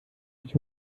nicht